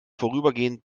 vorübergehend